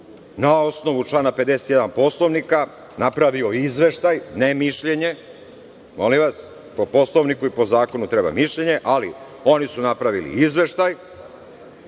na osnovu člana 51. Poslovnika napravio Izveštaj, ne mišljenje, molim vas, po Poslovniku i po Zakonu treba mišljenje, ali oni su napravili Izveštaj